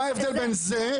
מה ההבדל בין זה?